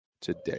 today